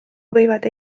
võivad